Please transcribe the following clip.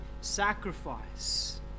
sacrifice